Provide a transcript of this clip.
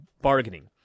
bargaining